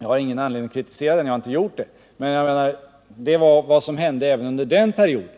Jag har ingen anledning att kritisera trepartiregeringen och har inte heller gjort det, men det var vad som hände även under den perioden.